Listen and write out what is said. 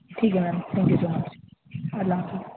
ٹھیک ہے ma'am thank you so much اللہ حافظ